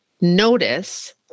notice